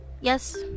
Yes